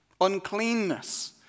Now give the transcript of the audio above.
uncleanness